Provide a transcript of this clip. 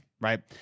right